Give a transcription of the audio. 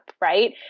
Right